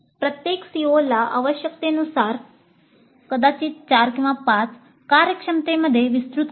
प्रत्येक COला आवश्यकतेनुसार कार्यक्षमतेमध्ये विस्तृत करणे